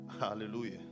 Hallelujah